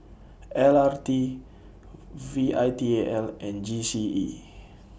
L R T V I T A L and G C E